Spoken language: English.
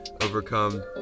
overcome